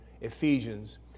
Ephesians